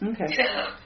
Okay